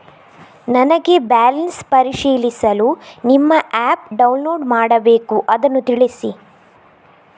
ನನಗೆ ಬ್ಯಾಲೆನ್ಸ್ ಪರಿಶೀಲಿಸಲು ನಿಮ್ಮ ಆ್ಯಪ್ ಡೌನ್ಲೋಡ್ ಮಾಡಬೇಕು ಅದನ್ನು ತಿಳಿಸಿ?